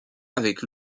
avec